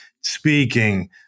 speaking